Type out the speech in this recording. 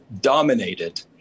dominated